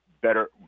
Better